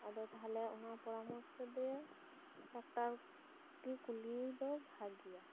ᱟᱫᱚ ᱛᱟᱦᱚᱞᱮ ᱚᱱᱟ ᱯᱚᱨᱟ ᱚᱨᱥᱚ ᱫᱤᱭᱮ ᱰᱟᱠᱛᱟᱨ ᱜᱮ ᱠᱩᱞᱤ ᱫᱚ ᱵᱷᱟᱹᱜᱤᱭᱟ